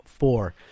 four